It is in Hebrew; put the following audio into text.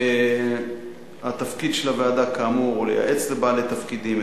כאמור, תפקיד הוועדה הוא לייעץ לבעלי תפקידים.